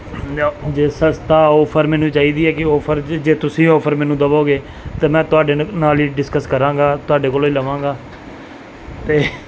ਜਾ ਜੇ ਸਸਤਾ ਅੋਫਰ ਮੈਨੂੰ ਚਾਹੀਦੀ ਹੈ ਕੀ ਅੋਫਰ ਜੇ ਤੁਸੀਂ ਅੋਫਰ ਮੈਨੂੰ ਦੇਵੋਗੇ ਤਾਂ ਮੈਂ ਤੁਹਾਡੇ ਨਾ ਨਾਲ ਹੀ ਡਿਸਕਸ ਕਰਾਂਗਾ ਤੁਹਾਡੇ ਕੋਲ ਹੀ ਲਵਾਂਗਾ ਅਤੇ